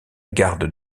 garde